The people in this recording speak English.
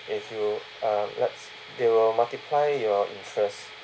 if you um let's they will multiply your interest